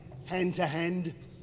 Hand-to-hand